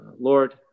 Lord